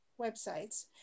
websites